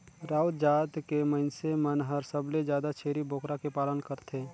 राउत जात के मइनसे मन हर सबले जादा छेरी बोकरा के पालन करथे